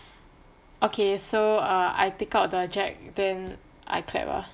okay so ah I take out the jack then I clap ah